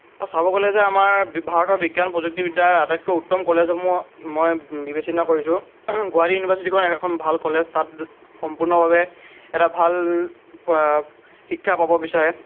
আৰু চাব গ'লে যে আমাৰ ভাৰতৰ বিজ্ঞান প্ৰযুক্তিবিদ্যাৰ আটাইতকৈ উত্তম কলেজসমূহ মই বিবেচনা কৰিছোঁ গুৱাহাটী ইউনিভাৰ্চিটিখন এখন ভাল কলেজ তাত সম্পূৰ্ণভাৱে এটা ভাল শিক্ষা পাব বিচাৰে